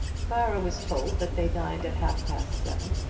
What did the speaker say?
clara was told that they dined at half-past seven,